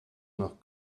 nach